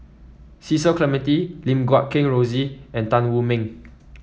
Cecil Clementi Lim Guat Kheng Rosie and Tan Wu Meng